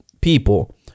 people